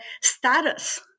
status